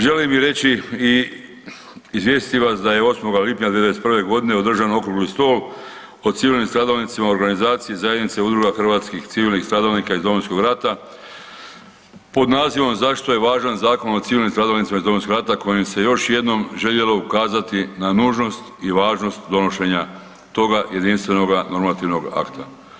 Želio bih reći i izvijestiti vas da je 8. lipnja '91. godine održan okrugli stol o civilnim stradalnicima organizacije zajednice udruga hrvatskih civilnih stradalnika iz Domovinskog rata pod nazivom zašto je važan Zakon o civilnim stradalnicima iz Domovinskog rata kojim se još jednom željelo ukazati na nužnost i važnost donošenja toga jedinstvenoga normativnog akta.